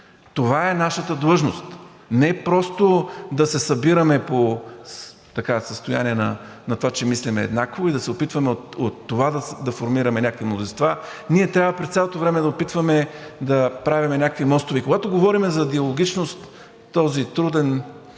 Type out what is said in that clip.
Това е нашата длъжност. Не просто да се събираме по състояние на това, че мислим еднакво и да се опитваме от това да формираме някакви мнозинства, ние трябва през цялото време да опитваме да правим някакви мостове. И когато говорим за диалогичност в този труден